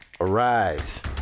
arise